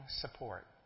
support